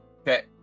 Okay